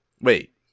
Wait